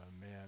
man